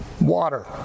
water